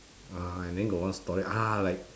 ah and then got one story ah like